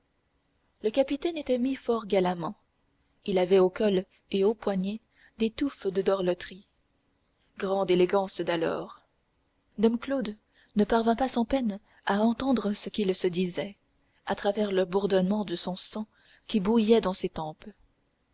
le capitaine était mis fort galamment il avait au col et aux poignets des touffes de doreloterie grande élégance d'alors dom claude ne parvint pas sans peine à entendre ce qu'ils se disaient à travers le bourdonnement de son sang qui bouillait dans ses tempes